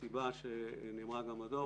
הסיבה, שנאמרה בדוח,